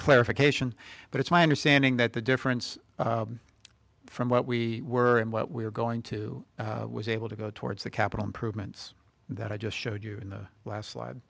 clarification but it's my understanding that the difference from what we were and what we are going to was able to go towards the capital improvements that i just showed you in the last